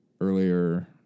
earlier